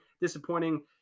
disappointing